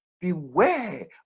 Beware